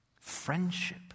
friendship